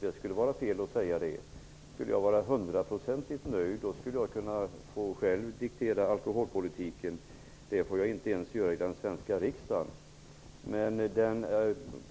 Det skulle vara fel att säga det. För att jag skall vara hundraprocentigt nöjd vill jag kunna diktera alkoholpolitiken. Det får jag inte ens göra i den svenska riksdagen.